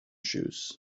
shoes